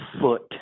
foot